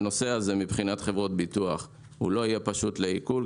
הנושא הזה מבחינת חברות ביטוח לא יהיה פשוט לעיכול.